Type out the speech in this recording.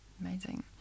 Amazing